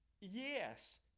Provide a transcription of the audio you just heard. yes